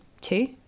two